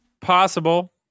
Possible